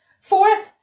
fourth